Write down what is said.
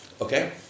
okay